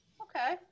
Okay